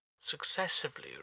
successively